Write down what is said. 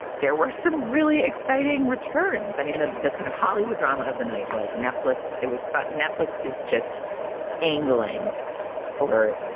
there were some really exciting returns. i mean, the the kind of hollywood drama of the night was netflix. it was fun. netflix is just angling for